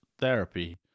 therapy